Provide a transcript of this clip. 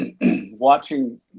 watching